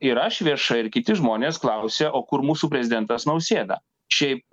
ir aš viešai ir kiti žmonės klausė o kur mūsų prezidentas nausėda šiaip